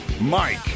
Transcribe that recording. Mike